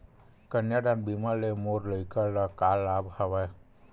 कन्यादान बीमा ले मोर लइका ल का लाभ हवय?